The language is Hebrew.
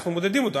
אנחנו מודדים אותו.